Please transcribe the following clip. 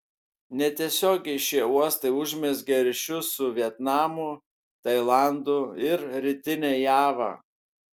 netiesiogiai šie uostai užmezgė ryšius su vietnamu tailandu ir rytine java